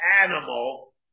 animal